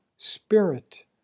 Spirit